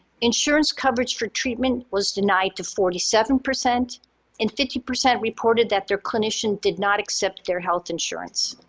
insurance coverage for treatment was denied to forty seven percent and fifty percent reported that their clinician did not accept their health insurance.